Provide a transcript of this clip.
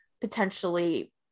potentially